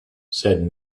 said